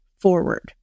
forward